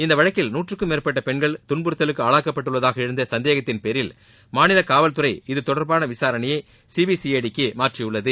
இந்த வழக்கில் நூற்றுக்கும் மேற்பட்ட பெண்கள் துள்புறுத்தலுக்கு ஆளாக்கப்பட்டுள்ளதாக எழுந்துள்ள சந்தேகத்தின் பேரில் மாநில காவல்துறை இதுதொடர்பான விசாரணையை சிபிசிஐடி க்கு மாற்றியுள்ளது